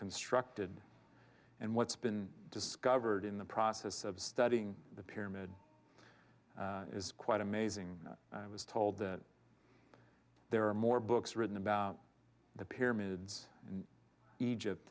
constructed and what's been discovered in the process of studying the pyramid is quite amazing i was told that there are more books written about the pyramids in egypt